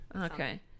okay